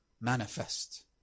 manifest